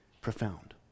profound